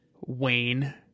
Wayne